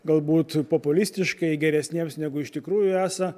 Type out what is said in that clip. galbūt populistiškai geresniems negu iš tikrųjų esą